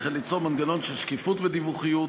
וכן ליצור מנגנון של שקיפות ודיווחיות